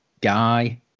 guy